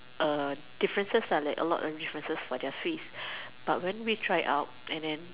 a differences lah like a lot differences for their fees but when we try out and then